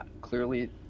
clearly